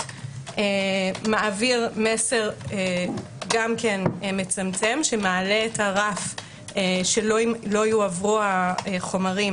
מעביר מסר גם מצמצם שמעלה את הרף שלא יועברו החומרים